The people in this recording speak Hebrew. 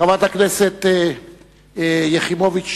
חברת כנסת יחימוביץ שנייה,